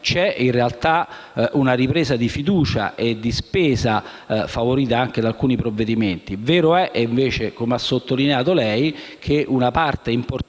C'è, in realtà, una ripresa di fiducia e di spesa, favorita anche da alcuni provvedimenti. È vero - come lei stesso ha sottolineato - che una parte importante